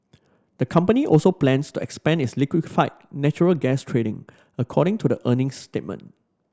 the company also plans to expand its liquefied natural gas trading according to the earnings statement